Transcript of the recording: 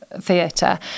theatre